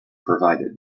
provided